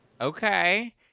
Okay